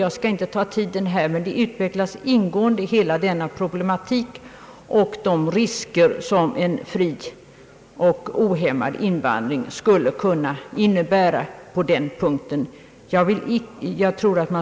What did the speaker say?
Jag skall inte uppta tiden med en närmare redogörelse, men hela denna problematik utvecklas ingående jämte de risker en fri och ohämmad invandring skulle kunna innebära.